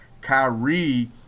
Kyrie